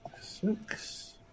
Six